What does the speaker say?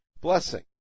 blessing